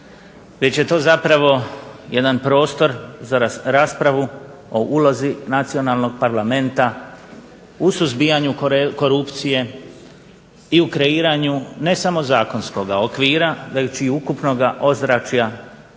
već je to zapravo jedan prostor za raspravu o ulozi nacionalnog parlamenta u suzbijanju korupcije, i u kreiranju ne samo zakonskoga okvira, već i ukupnoga ozračja za